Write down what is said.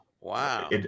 wow